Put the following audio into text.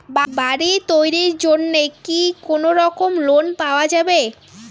বাড়ি তৈরির জন্যে কি কোনোরকম লোন পাওয়া যাবে?